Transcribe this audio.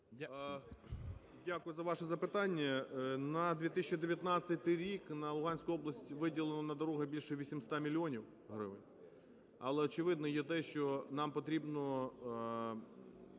Дякую за ваше запитання. На 2019 рік на Луганську область виділено на дороги більше 800 мільйонів гривень. Але, очевидно, є те, що нам потрібно